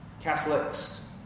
Catholics